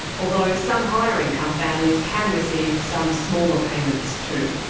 although some higher income families can receive some smaller payments too.